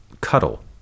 cuddle